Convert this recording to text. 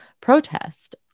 protest